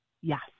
Yes